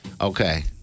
Okay